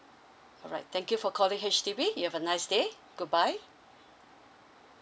alright thank you for calling H_D_B you have a nice day goodbye